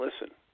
listen